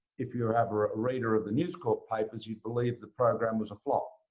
if you have a reader of the news corp papers, you'd believe the program was a flop.